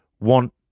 want